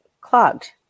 clogged